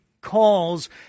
calls